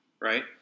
right